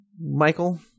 Michael